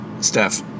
Steph